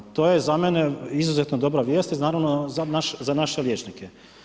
To je za mene izuzetno dobra vijest i naravno za naše liječnike.